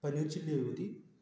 paneer chilli हवी होती